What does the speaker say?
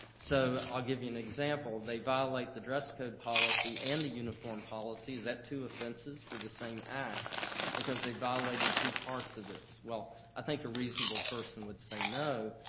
so i'll give you an example. they violate the dress code policy and the uniform policy. is that two offenses for the same act because they violated two parts of this? well, i think a reasonable person would say no,